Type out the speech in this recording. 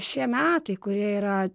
šie metai kurie yra